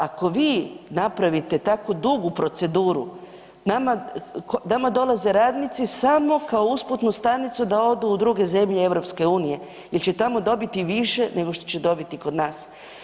Ako vi napravite tako dugu proceduru, nama, nama dolaze radnici samo kao usputnu stanicu da odu u druge zemlje EU jel će tamo dobiti više nego što će dobiti kod nas.